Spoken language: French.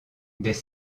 des